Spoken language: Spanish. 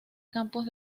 campos